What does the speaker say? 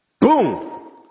boom